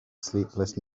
sleepless